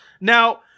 Now